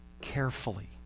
carefully